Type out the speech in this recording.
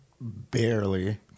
Barely